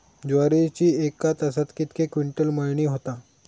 ज्वारीची एका तासात कितके क्विंटल मळणी होता?